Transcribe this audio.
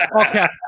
Okay